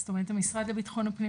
זאת אומרת המשרד לביטחון הפנים,